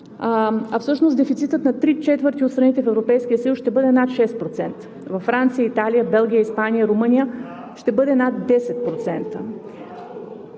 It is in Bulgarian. а всъщност дефицитът на три четвърти от страните в Европейския съюз ще бъде над 6%, във Франция, Италия, Белгия, Испания, Румъния ще бъде над 10%.